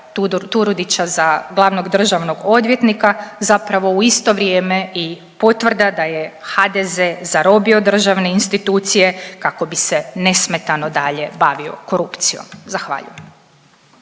Turudića za glavnog državnog odvjetnika zapravo u isto vrijeme i potvrda da je HDZ zarobio državne institucije kako bi se nesmetano dalje bavio korupcijom. Zahvaljujem.